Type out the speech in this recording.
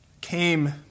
came